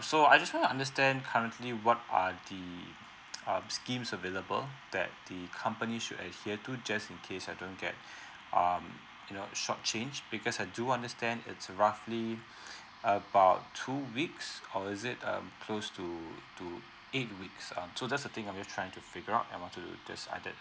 so I just try to understand currently what are the uh schemes available that the company should adhere to just in case I don't get um you know short change because I do understand its roughly about two weeks or is it um close to to eight weeks um so that's the thing on your time to figure out I want to just wanted